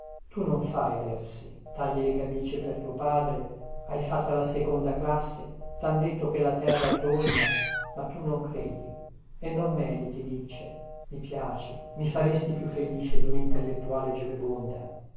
tu non fai versi tagli le camicie per tuo padre hai fatta la seconda classe than detto che la terra è tonda ma tu non credi e non mediti nietzsche mi piaci mi faresti più felice dunintellettuale